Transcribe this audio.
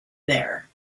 there